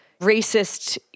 racist